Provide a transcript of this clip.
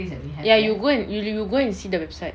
ya you go and you go and see the website